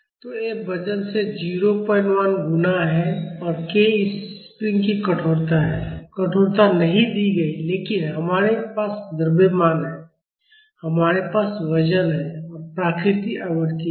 तो F वजन से 01 गुणा है और k इस स्प्रिंग की कठोरता है कठोरता नहीं दी गई है लेकिन हमारे पास द्रव्यमान है हमारे पास वजन और प्राकृतिक आवृत्ति है